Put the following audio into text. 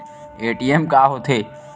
ATM का होथे?